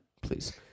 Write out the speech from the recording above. please